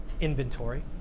inventory